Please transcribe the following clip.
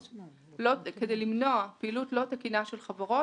כדי למנוע פעילות לא תקינה של חברות,